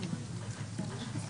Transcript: (הישיבה נפסקה בשעה 13:49 ונתחדשה בשעה 13:51.)